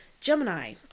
Gemini